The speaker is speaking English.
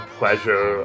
pleasure